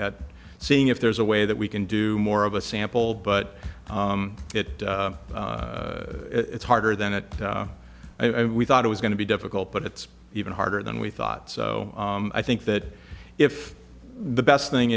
at seeing if there's a way that we can do more of a sample but it it's harder than that we thought it was going to be difficult but it's even harder than we thought so i think that if the best thing